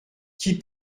qui